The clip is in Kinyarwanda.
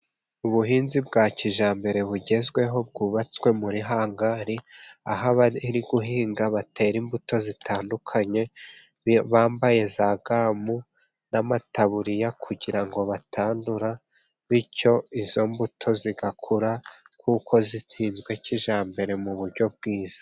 Ubuhinzi bwa kijyambere bugezweho bwubatswe muri hangari, aho aba guhinga batera imbuto zitandukanye, bambaye za gamu n'amataburiya kugira ngo batandura, bityo izo mbuto zigakura, kuko zihinzwe kijyambere mu buryo bwiza.